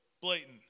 blatant